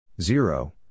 zero